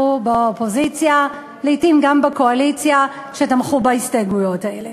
באופוזיציה ולעתים גם בקואליציה ותמכו בהסתייגויות האלה.